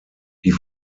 die